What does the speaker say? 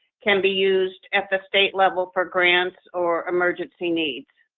can be used at the state level for grants or emergency needs.